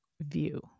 view